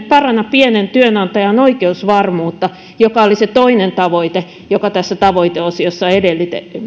paranna pienen työnantajan oikeusvarmuutta joka oli se toinen tavoite joka tässä tavoiteosiossa